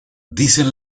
dicen